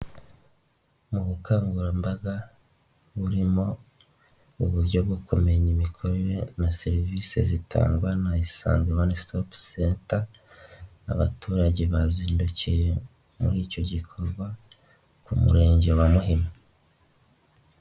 Mu bukangurambaga burimo uburyo bwo kumenya imikorere na serivisi zitangwa na Isanze One Stop Centre, abaturage bazindukiye muri icyo gikorwa ku murenge wa Muhima.